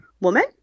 woman